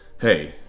hey